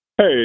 Hey